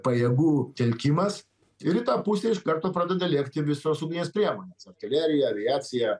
pajėgų telkimas ir į tą pusę iš karto pradeda lėkti visos ugnies priemonės artilerija aviacija